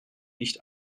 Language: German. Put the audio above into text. nicht